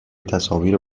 تصاویر